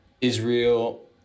Israel